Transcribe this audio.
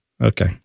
Okay